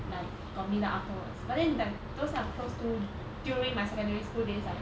like communal afterwards but then the those I'm close to during my secondary school days like